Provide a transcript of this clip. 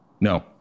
No